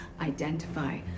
identify